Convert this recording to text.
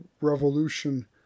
revolution